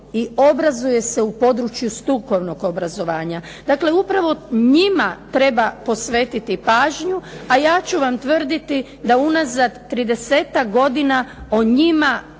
i obrazuje se u području strukovnog obrazovanja. Dakle, upravo njima treba posvetiti pažnju a ja ću vam tvrditi da unazad tridesetak godina o njima